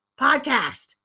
Podcast